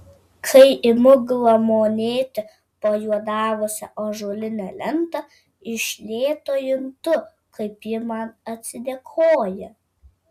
kai imu glamonėti pajuodavusią ąžuolinę lentą iš lėto juntu kaip ji man atsidėkoja